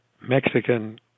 Mexican